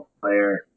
player